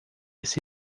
esse